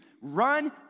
run